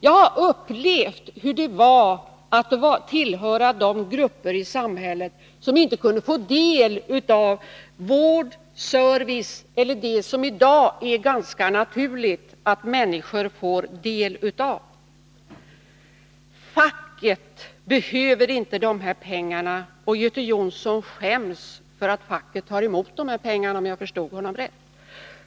Jag har upplevt hur det var att tillhöra de grupper i samhället som inte kunde få del av vård, service och annat som det i dag är ganska naturligt att människor får del av. Facket behöver inte de här pengarna, sade Göte Jonsson. Och om jag förstod honom rätt, skäms Göte Jonsson för att facket tar emot pengarna.